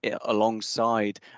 alongside